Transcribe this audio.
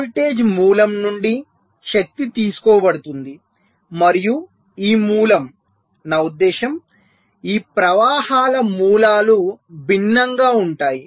voltage మూలం నుండి శక్తి తీసుకోబడుతుంది మరియు ఈ మూలం నా ఉద్దేశ్యం ఈ ప్రవాహాల మూలాలు భిన్నంగా ఉంటాయి